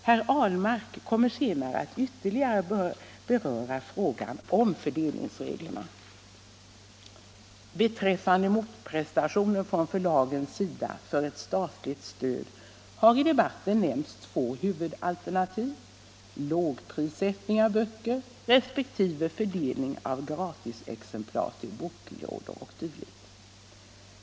Herr Ahlmark kommer senare att ytterligare beröra frågan om fördelningsreglerna. Beträffande motprestationer från förlagens sida för ett statligt stöd har i debatten nämnts två huvudalternativ: lågprissättning av böcker resp. fördelning av gratisexemplar till boklådor och dylikt.